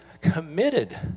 committed